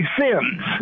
sins